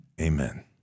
amen